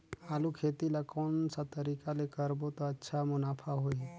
आलू खेती ला कोन सा तरीका ले करबो त अच्छा मुनाफा होही?